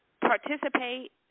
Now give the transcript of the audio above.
participate